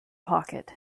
pocket